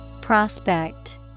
Prospect